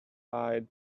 hide